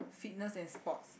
fitness and sports